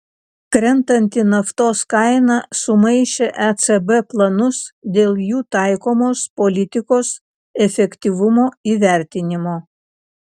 krentanti naftos kaina sumaišė ecb planus dėl jų taikomos politikos efektyvumo įvertinimo